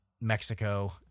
Mexico